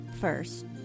first